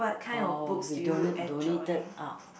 orh we donate~ donated out